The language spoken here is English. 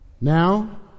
Now